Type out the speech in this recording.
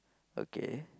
okay